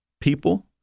people